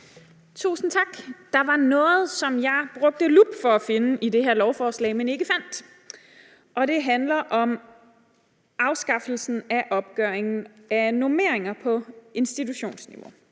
Tusind tak. Der var noget, som jeg brugte lup for at finde i det her lovforslag, men ikke fandt, og det handler om afskaffelsen af opgørelsen af nomineringer på institutionsniveau